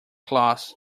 closed